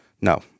No